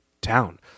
town